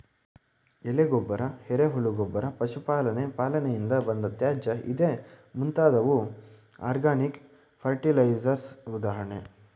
ಎಲೆ ಗೊಬ್ಬರ, ಎರೆಹುಳು ಗೊಬ್ಬರ, ಪಶು ಪಾಲನೆಯ ಪಾಲನೆಯಿಂದ ಬಂದ ತ್ಯಾಜ್ಯ ಇದೇ ಮುಂತಾದವು ಆರ್ಗ್ಯಾನಿಕ್ ಫರ್ಟಿಲೈಸರ್ಸ್ ಉದಾಹರಣೆ